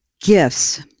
gifts